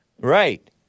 Right